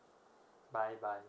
bye bye